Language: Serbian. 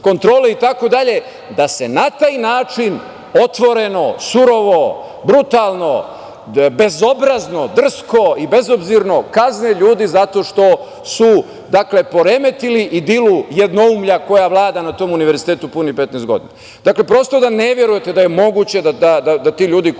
kontrole itd, da se na taj način otvoreno, surovo, brutalno, bezobrazno, drsko i bezobzirno kazne ljudi zato što su poremetili idilu jednoumlja koja vlada na tom univerzitetu punih 15 godina. Dakle, prosto da ne verujete da je moguće da ti ljudi